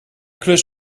klus